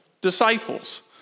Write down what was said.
disciples